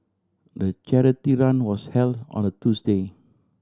the charity run was held on a Tuesday